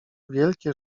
wielkie